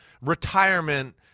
retirement